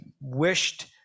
wished